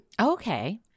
Okay